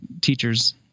teachers